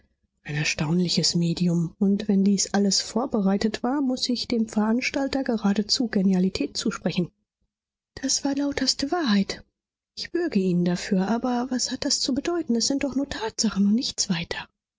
ein erstaunliches medium und wenn dies alles vorbereitet war muß ich dem veranstalter geradezu genialität zusprechen das war lauterste wahrheit ich bürge ihnen dafür aber was hat das zu bedeuten es sind doch nur tatsachen und nichts weiter